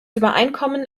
übereinkommen